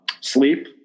sleep